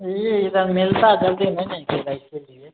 ई तऽ मिलता जलदी नहि नहि जाइ छै